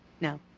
No